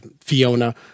Fiona